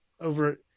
over